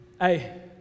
Hey